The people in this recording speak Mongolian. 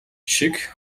шиг